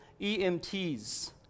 EMTs